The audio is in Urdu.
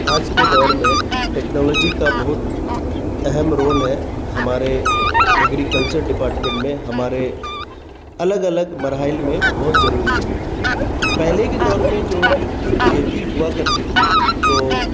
آج کے دور میں ٹیکنالوجی کا بہت اہم رول ہے ہمارے ایگریکلچر ڈپارٹمنٹ میں ہمارے الگ الگ مراحل میں بہت ضروری ہے پہلے کے دور میں جو کھیتی ہوا کرتی تھی تو